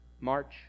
March